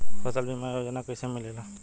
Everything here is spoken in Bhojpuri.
फसल बीमा योजना कैसे मिलेला?